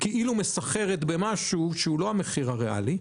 כאילו מסחרת במשהו שהוא לא המחיר הריאלי.